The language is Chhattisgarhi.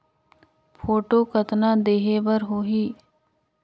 फोटो कतना देहें बर होहि?